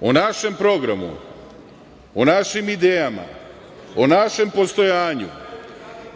o našem programu, o našim idejama, o našem postojanju